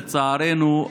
לצערנו,